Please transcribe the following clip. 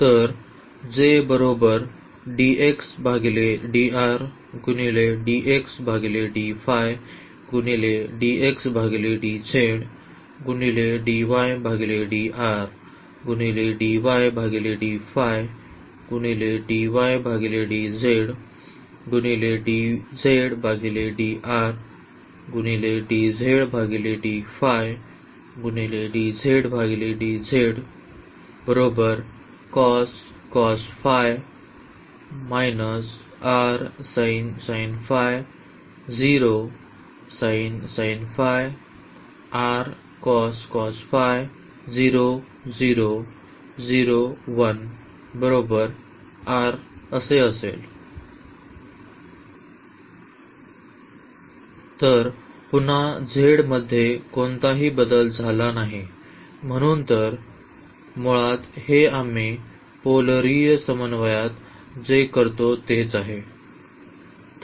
तर पुन्हा z मध्ये कोणताही बदल झाला नाही म्हणून तर मुळात हे आम्ही पोलरीय समन्वयात जे करतो तेच आहे